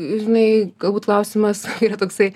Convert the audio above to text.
žinai galbūt klausimas yra toksai